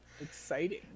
exciting